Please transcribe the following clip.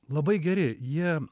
labai geri jie